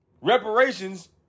Reparations